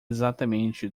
exatamente